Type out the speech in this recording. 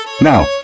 Now